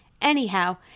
Anyhow